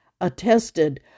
attested